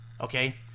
okay